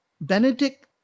Benedict